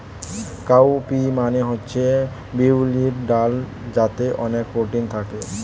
cow P মানে হচ্ছে বিউলির ডাল যাতে অনেক প্রোটিন থাকে